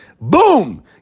Boom